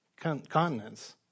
continents